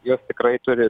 jog tikrai turi